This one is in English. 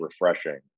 refreshing